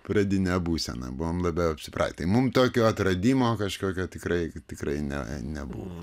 pradinę būseną buvom labiau apsipratę mum tokio atradimo kažkokio tikrai tikrai ne nebuvo